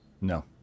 No